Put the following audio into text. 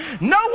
no